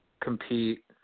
compete